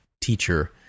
teacher